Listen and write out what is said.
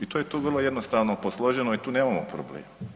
I to je tu vrlo jednostavno posloženo i tu nemamo problem.